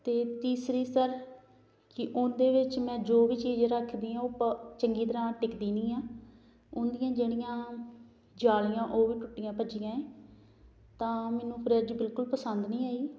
ਅਤੇ ਤੀਸਰੀ ਸਰ ਕਿ ਉਹਦੇ ਵਿੱਚ ਮੈਂ ਜੋ ਵੀ ਚੀਜ਼ ਰੱਖਦੀ ਆ ਉਹ ਪ ਚੰਗੀ ਤਰ੍ਹਾਂ ਟਿਕਦੀ ਨਹੀਂ ਹੈ ਉਹਦੀਆਂ ਜਿਹੜੀਆਂ ਜਾਲੀਆਂ ਉਹ ਵੀ ਟੁੱਟੀਆਂ ਭੱਜੀਆਂ ਹੈ ਤਾਂ ਮੈਨੂੰ ਫਰਿੱਜ ਬਿਲਕੁਲ ਪਸੰਦ ਨਹੀਂ ਆਈ